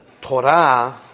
Torah